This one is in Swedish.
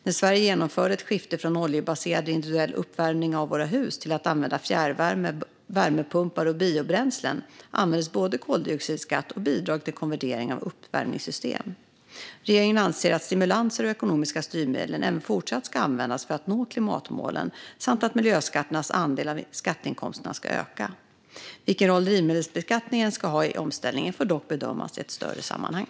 När Sverige genomförde ett skifte från oljebaserad individuell uppvärmning av våra hus till att använda fjärrvärme, värmepumpar och biobränslen, användes både koldioxidskatt och bidrag till konvertering av uppvärmningssystem. Regeringen anser att stimulanser och ekonomiska styrmedel även fortsatt ska användas för att nå klimatmålen och att miljöskatternas andel av skatteinkomsterna ska öka. Vilken roll drivmedelsbeskattningen ska ha i omställningen får dock bedömas i ett större sammanhang.